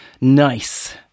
Nice